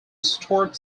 stuart